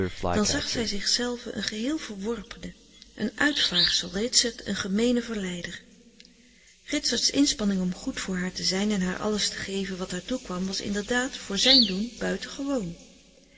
dan zag zij zichzelve een geheel verworpene een uitvaagsel ritsert een gemeenen verleider ritserts inspanning om goed voor haar te zijn en haar alles te geven wat haar toekwam was inderdaad voor zijn doen buitengewoon